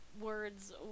words